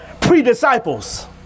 pre-disciples